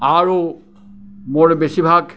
আৰু মোৰ বেছিভাগ